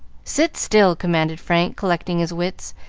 sit still! commanded frank, collecting his wits,